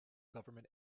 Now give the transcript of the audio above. government